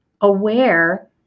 aware